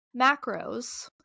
macros